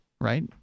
right